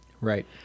Right